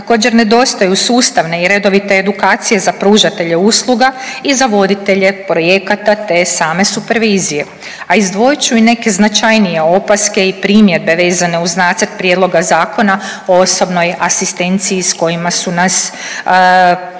Također nedostaju sustavne i redovite edukacije za pružatelje usluga i za voditelje projekata te same supervizije, a izdvojit ću i neke značajnije opaske i primjedbe vezane uz Nacrt prijedloga zakona o osobnoj asistenciji s kojima su nas predsjednici